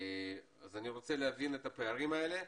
אני רוצה להבין את הפערים הללו.